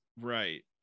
Right